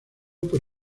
por